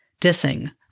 dissing